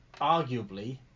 arguably